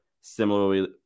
similarly